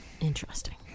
Interesting